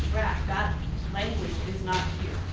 brac that language is not